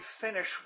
finish